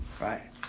Right